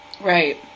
Right